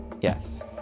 Yes